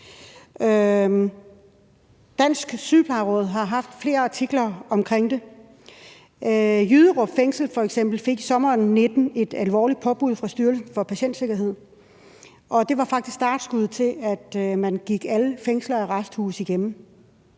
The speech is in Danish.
Dansk Sygeplejeråd har haft flere artikler om det. F.eks. Jyderup Fængsel fik i sommeren 2019 et alvorligt påbud fra Styrelsen for Patientsikkerhed, og det var faktisk startskuddet til, at man gik alle fængsler og arresthuse igennem.